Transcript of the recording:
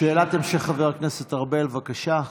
שאלת המשך, חבר הכנסת ארבל, בבקשה.